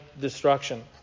destruction